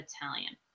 Italian